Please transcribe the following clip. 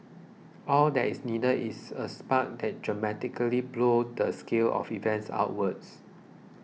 all that is needed is a spark that dramatically blow the scale of events outwards